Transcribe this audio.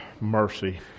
mercy